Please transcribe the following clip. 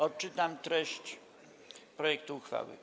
Odczytam treść projektu uchwały.